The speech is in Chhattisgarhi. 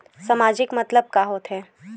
सामाजिक मतलब का होथे?